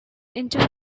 into